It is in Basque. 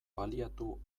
baliatu